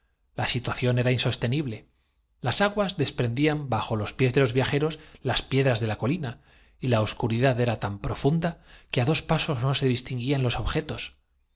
la situación era insostenible las aguas desprendían bajo los piés de los viajeros las piedras de las pullas y las diatribas no hubieran tenido fin sin la colina y la oscuridad era tan una detonación espantosa que pareciendo conmover profunda que á dos hasta los cimientos del mundo produjo un silencio de pasos no se distinguían los objetos